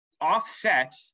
offset